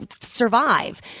survive